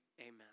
amen